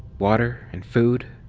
water, and food.